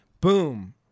Boom